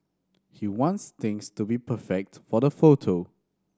he wants things to be perfect for the photo